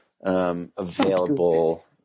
available